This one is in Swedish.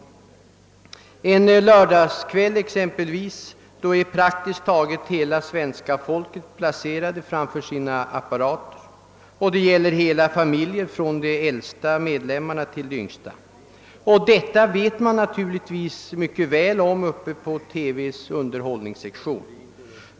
Exempelvis en lördagskväll sitter praktiskt taget hela svenska folket framför sina TV-apparater. Detta gäller hela familjen, från de äldsta till de yngsta. Den saken vet man naturligtvis mycket väl om uppe på TV:s underhållningssektion.